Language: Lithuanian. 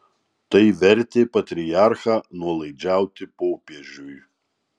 tai vertė patriarchą nuolaidžiauti popiežiui